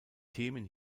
themen